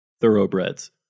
Thoroughbreds